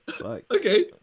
Okay